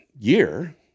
year